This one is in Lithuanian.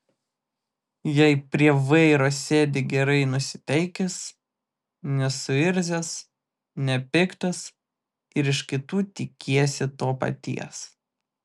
jei prie vairo sėdi gerai nusiteikęs nesuirzęs nepiktas ir iš kitų tikiesi to paties